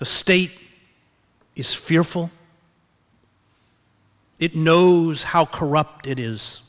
the state is fearful it knows how corrupt it is